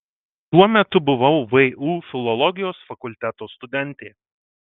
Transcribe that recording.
tuo metu buvau vu filologijos fakulteto studentė